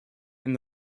and